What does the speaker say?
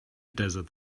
desert